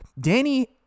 Danny